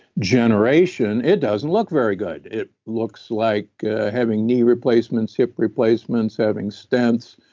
generation, it doesn't look very good. it looks like having knee replacements, hip replacements, having stints